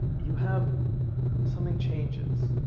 you have something changes.